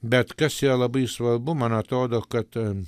bet kas yra labai svarbu man atrodo kad